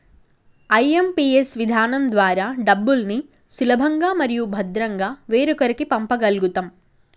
IMPS విధానం ద్వారా డబ్బుల్ని సులభంగా మరియు భద్రంగా వేరొకరికి పంప గల్గుతం